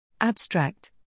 Abstract